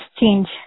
change